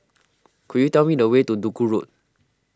could you tell me the way to Duku Road